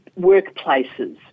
workplaces